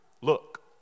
Look